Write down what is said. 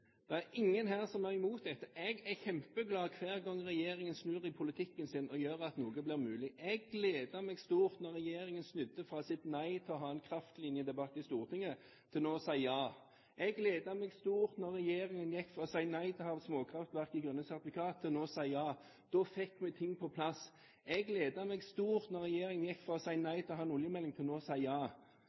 Det er ingen her som er imot dette! Jeg er kjempeglad hver gang regjeringen snur i politikken sin og gjør at noe blir mulig. Jeg gledet meg stort da regjeringen snudde fra sitt nei til å ha en kraftlinjedebatt i Stortinget til nå å si ja. Jeg gledet meg stort da regjeringen gikk fra å si nei til å ha småkraftverk i ordningen med grønne sertifikater til nå å si ja. Da fikk vi ting på plass. Jeg gledet meg stort da regjeringen gikk fra å si nei til å ha en oljemelding til nå å si ja.